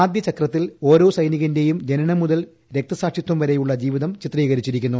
ആദ്യ ചക്രത്തിൽ ഓരോ സൈനികന്റെയും ജനനം മുതൽ രക്തസാക്ഷിത്വം വരെയുള്ള ജീവിതം ചിത്രീകരിച്ചിരിക്കുന്നു